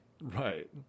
right